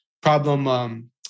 problem